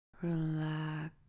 Relax